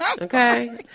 Okay